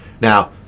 Now